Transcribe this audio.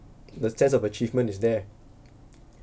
the sense of achievement is there